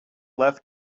left